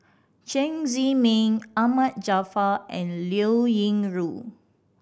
Chen Zhiming Ahmad Jaafar and Liao Yingru